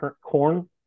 corn